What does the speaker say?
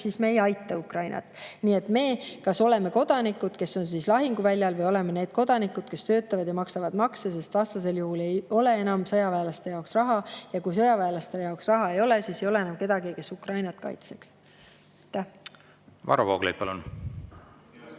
siis me ei aita Ukrainat. Nii et me kas oleme kodanikud, kes on lahinguväljal, või oleme need kodanikud, kes töötavad ja maksavad makse, sest vastasel juhul ei ole enam sõjaväelaste jaoks raha. Ja kui sõjaväelaste jaoks raha ei ole, siis ei ole enam kedagi, kes Ukrainat kaitseks." Aitäh! Loen